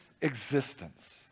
existence